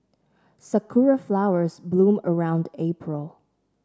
sakura flowers bloom around April